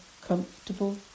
comfortable